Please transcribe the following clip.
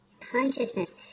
consciousness